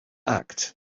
act